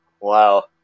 Wow